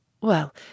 Well